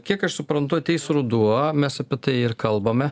kiek aš suprantu ateis ruduo mes apie tai ir kalbame